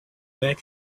bag